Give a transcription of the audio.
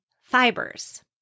fibers